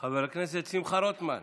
חבר הכנסת שמחה רוטמן,